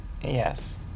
Yes